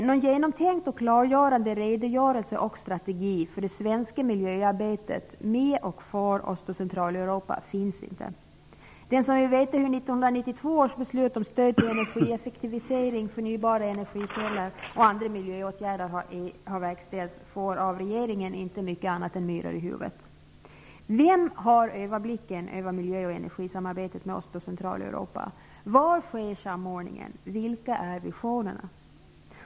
Någon genomtänkt och klargörande redogörelse och strategi för det svenska miljöarbetet med och för Öst och Centraleuropa finns inte. Den som vill veta hur 1992 års beslut om stöd till energieffektivisering, förnybara energikällor och andra miljöåtgärder har verkställts får inte mycket annat än myror i huvudet av regeringen. Vem har överblicken över miljö och energisamarbetet med Öst och Centraleuropa? Var sker samordningen? Vilka är visionerna?